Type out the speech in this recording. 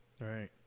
Right